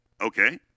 Okay